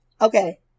Okay